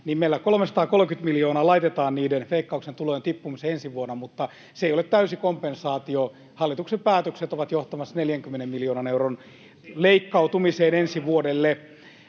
niin meillä 330 miljoonaa laitetaan Veikkauksen tulojen tippumiseen ensi vuonna. Mutta se ei ole täysi kompensaatio: hallituksen päätökset ovat johtamassa 40 miljoonan euron leikkautumiseen ensi vuodelle.